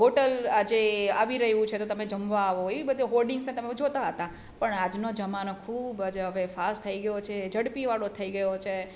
hotel આજે આવી રહ્યું છે તો તમે જમવા આવો એ બધે હોલ્ડિંગ્સને તમે જોતા હતા પણ આજનો જમાનો ખૂબ જ હવે ફાસ્ટ થઈ ગયો છે ઝડપીવાળો થઈ ગયો છે